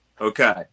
Okay